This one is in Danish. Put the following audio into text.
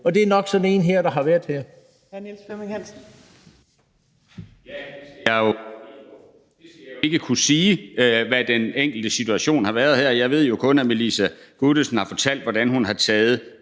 Flemming Hansen (KF): Ja, det skal jeg jo ikke kunne sige, altså hvad den enkelte situation har været her. Jeg ved jo kun, at Melissa Guttesen har fortalt, hvordan hun har taget